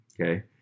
okay